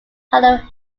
hollywood